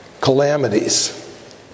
calamities